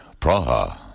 Praha